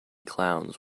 clowns